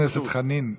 חבר הכנסת חנין,